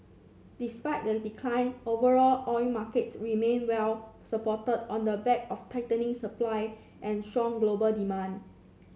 despite the decline overall oil markets remained well supported on the back of tightening supply and strong global demand